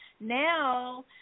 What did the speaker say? now